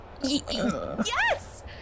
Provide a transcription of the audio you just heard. yes